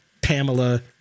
Pamela